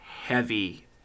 heavy